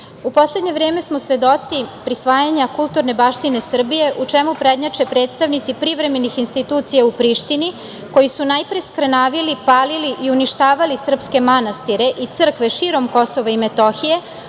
poslednje vreme smo svedoci prisvaja kulturne baštine Srbije u čemu prednjače predstavnici privremenih institucija u Prištini, koji su najpre skrnavili, palili i uništavali srpske manastire i crve širom KiM,